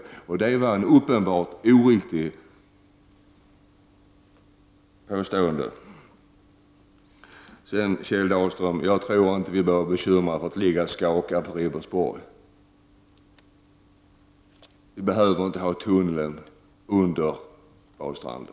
Detta var ett alldeles uppenbart oriktigt påstående. Jag tror inte, Kjell Dahlström, att vi behöver vara bekymrade över att få ligga och skaka på Ribersborg. Vi behöver inte ha tunneln under badstranden.